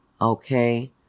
okay